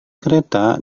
kereta